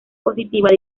positiva